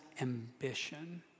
ambition